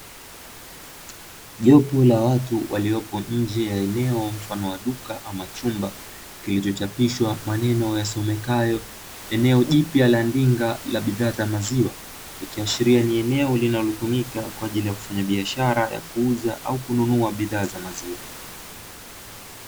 Jopu la watu waliopo nje ya eneo mfano wa duka ama chumba, kilichochapishwa maneno yasomekayo, "eneo jipya la nginda la bidhaa za maziwa". Ikiashiria ni eneo linalotumika kwa ajili ya kufanya biashara ya kuuza au kununua bidhaa za maziwa.